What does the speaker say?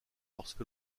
lorsque